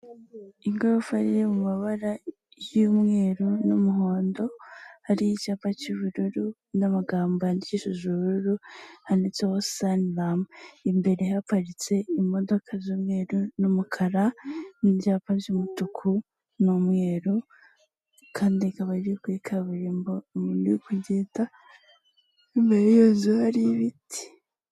Igorofa ye mu mabara y'umweru n'umuhondo hari icyapa cy'ubururu n'amagambo yandikishije ubururu handisteho sanirami, imbere haparitse imodoka z'umweru n'umukara, ni byapa by'umutuku n'umweru kandi ikaba iri kuri kaburimbo umuntu kugenda imbere yazo hari ibiti.